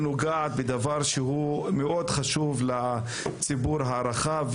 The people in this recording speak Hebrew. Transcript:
שנוגעת בנושא שהוא מאוד חשוב לציבור הרחב.